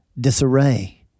disarray